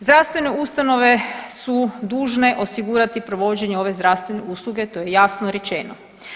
Zdravstvene ustanove su dužne osigurati provođenje ove zdravstvene usluge to je jasno rečeno.